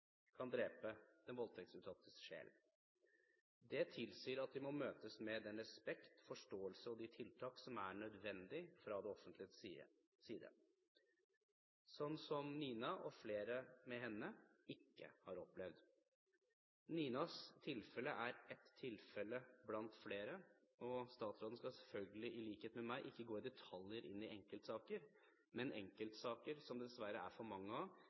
kan drepe den voldtektsutsattes sjel. Det tilsier at de må møtes med den respekt og forståelse og de tiltak som er nødvendig fra det offentliges side – noe som Nina og flere med henne ikke har opplevd. Ninas tilfelle er ett blant flere. Statsråden skal selvfølgelig, i likhet med meg, ikke gå inn i detaljer i enkeltsaker, men enkeltsaker som det dessverre er for mange av,